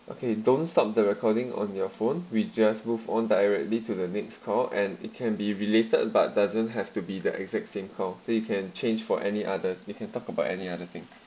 okay don't stop the recording on your phone we just move on directly to the next call and it can be related but doesn't have to be the exact same call so you can change for any other you can talk about any other thing